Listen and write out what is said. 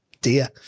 dear